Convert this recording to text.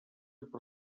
per